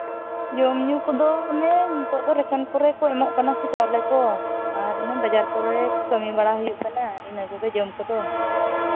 ᱡᱚᱢᱼᱧᱩ ᱠᱚᱫᱚ ᱚᱱᱮ ᱱᱤᱛᱚᱜ ᱫᱚ ᱨᱮᱥᱚᱱ ᱠᱚᱨᱮ ᱠᱚ ᱮᱢᱚᱜ ᱠᱟᱱᱟ ᱥᱮ ᱪᱟᱣᱞᱮ ᱠᱚ ᱚᱱᱮ ᱵᱟᱡᱟᱨ ᱠᱚᱨᱮᱫ ᱠᱟᱹᱢᱤ ᱵᱟᱲᱟ ᱦᱩᱭᱩᱜ ᱠᱟᱱᱟ ᱤᱱᱟᱹ ᱠᱚᱜᱮ ᱡᱚᱢ ᱠᱚᱫᱚ